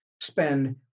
spend